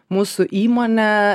mūsų įmonę